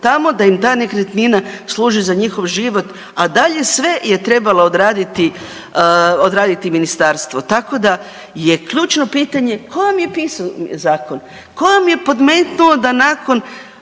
tamo, da im ta nekretnina služi za njihov život, a dalje sve je trebala odraditi, odraditi ministarstvo. Tako da je ključno pitanje tko vam je pisao zakon, tko vam je podmetnuo da nakon